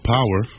Power